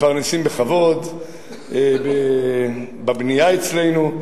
מתפרנסים בכבוד בבנייה אצלנו.